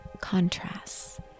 contrasts